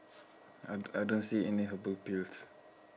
I d~ I don't see any herbal pills